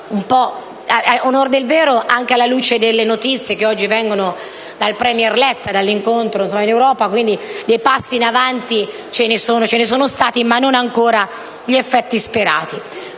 Ad onor del vero, anche alla luce delle notizie che oggi vengono dal *premier* Letta circa l'incontro in Europa, dei passi in avanti ci sono stati, ma non ancora con gli effetti sperati.